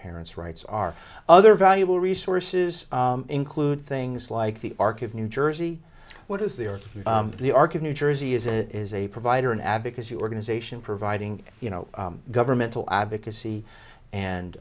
parent's rights are other valuable resources include things like the arc of new jersey what is the or the arc of new jersey is it is a provider an advocacy organization providing you know governmental advocacy and